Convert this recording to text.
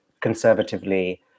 conservatively